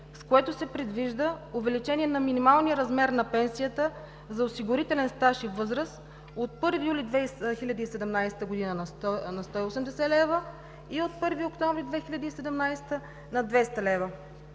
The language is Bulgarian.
с който се предвижда увеличение на минималния размер на пенсията за осигурителен стаж и възраст от 1 юли 2017 г. на 180 лв., и от 1 октомври 2017 г. – на 200 лв.